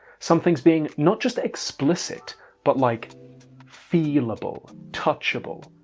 somethings being not just explicit but like feel-able, touchable.